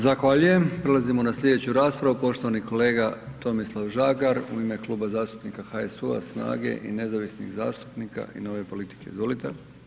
Zahvaljujem, prelazimo na slijedeću raspravu, poštovani kolega Tomislav Žagar u ime Kluba zastupnika HSU-a, SNAGA-e i nezavisnih zastupnika i Nove politike, izvolite.